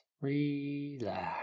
relax